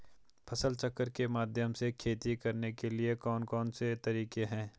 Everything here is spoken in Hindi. फसल चक्र के माध्यम से खेती करने के लिए कौन कौन से तरीके हैं?